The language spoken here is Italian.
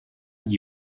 gli